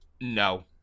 No